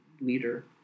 leader